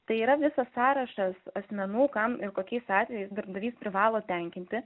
tai yra visas sąrašas asmenų kam ir kokiais atvejais darbdavys privalo tenkinti